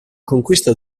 conquista